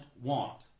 want